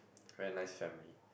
very nice family